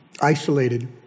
Isolated